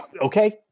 okay